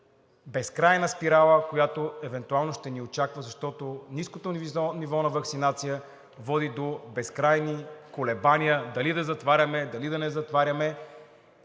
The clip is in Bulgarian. безкрайна спирала, която евентуално ще ни очаква, защото ниското ниво на ваксинация води до безкрайни колебания – дали да затваряме, дали да не затваряме,